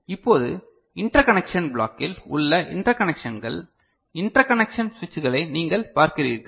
இப்போது இன்டர்கநேக்ஷன் பளாக்கில் உள்ள இண்டர்கநேக்ஷன்கள் இன்டர்கநேக்ஷன் சுவிட்சுகளை நீங்கள் பார்க்கிறீர்கள்